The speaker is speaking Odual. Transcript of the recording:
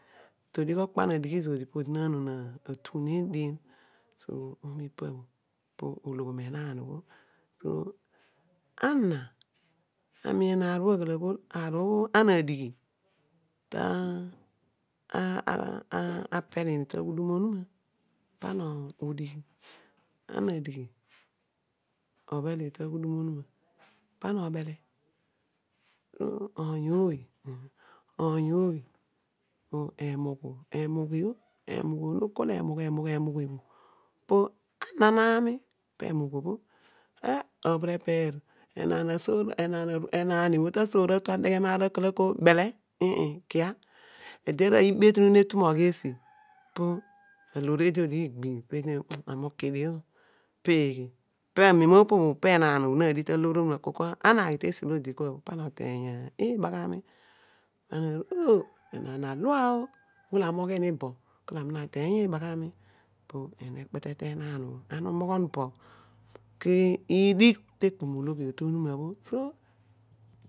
Itodigh okpo ana adighi zodi podi na non atughuneen dian, so omo ipa bho po ologho m enaan bho, ana amiin aar obho aghol aghol aar bho ana adighi ta ah ah tapelin, ta aghudum onuma modigh pana odighi ineghe dio ta aghudum onuma pa ana obele. So oony ooy, oony ooy emugh io, emugh obho no kol emugh ermgh po ana naami pe enugh obho hee obherepeer enaan asoor, enaan io obho ta asoor atu adeghe kua bele ede arooy ibetunu nutu moghi esi po aboor eedi odighi gbim, peedi neghol ami ukidio pe eghe paamem opo obho pe enaan obho nadigh ta loor onuma akol kua ana aghi te esi olo di kua pa ana oteeny ibaghami, ana na aru oh enaan nalua oh, ughol ami ughi bo kol ami na teeny ibaghami pe enue ekpete teenaan ooho ana ughon obho ubham izo i digh tekpon ologhi te onuma so.